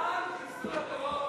חוק ומשפט נתקבלה.